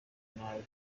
nabi